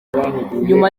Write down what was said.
nyuma